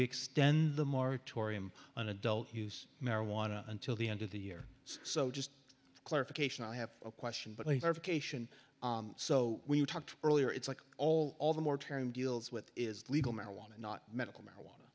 extend the moratorium on adult use marijuana until the end of the year so just a clarification i have a question but i've cation so we talked earlier it's like all all the more term deals with is legal marijuana not medical marijuana